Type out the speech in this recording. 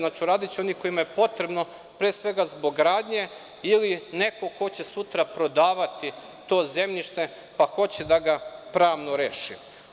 Dakle, uradiće oni kojima je potrebno pre svega zbog gradnje, ili neko ko će sutra prodavati to zemljište, pa hoće da ga pravno reši.